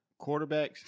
quarterbacks